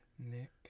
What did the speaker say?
Nick